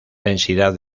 densidad